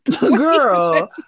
Girl